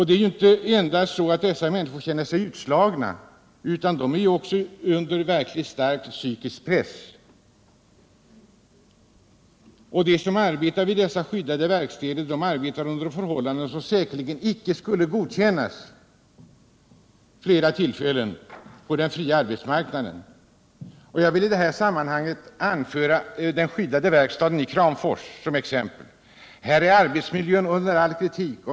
Dessa män niskor känner sig inte bara utslagna, utan de befinner sig under verkligt Nr 48 stark psykisk press. De arbetar i dessa skyddade verkstäder under för Tisdagen den hållanden som säkerligen i många fall inte skulle godkännas på den fria 13 december 1977 arbetsmarknaden. I den skyddade verkstaden i Kramfors t.ex. är are — betsmiljön under all kritik.